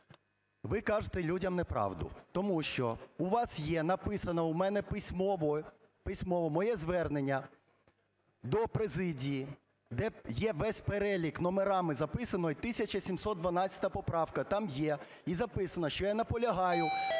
Ви кажете людям неправду. Тому що у вас є, написано, у мене письмово, письмово, моє звернення до президії, де є весь перелік номерами записано і 1712 поправка там є і записано, що я наполягаю